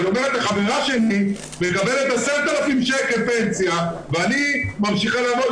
אבל היא אומרת: החברה שלי מקבלת 10,000 פנסיה ואני ממשיכה לעבוד,